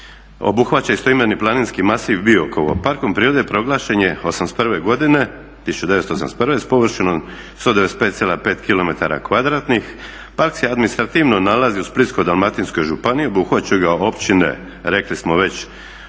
obuhvaća istoimeni planinski masiv Biokovo. Parkom prirode proglašen je '81. godine, 1981. s površinom 195,5 km2. Park se administrativno nalazi u Splitsko-dalmatinskoj županiji. Obuhvaćaju ga općine rekli smo već